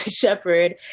Shepherd